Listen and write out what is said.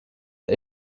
den